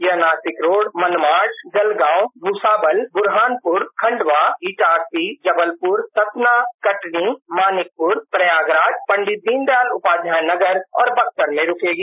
यह नासिक रोड मनमाड जलगाँव भुसावल बुरहानपुर खंडवा इटारसी जबलपुर सतना कटनी मानिकपुर प्रयागराज छिवकी पंडित दीनदयाल उपाध्याय नगर और बक्सर में रुकेगी